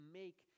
make